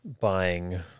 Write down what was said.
buying